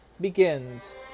begins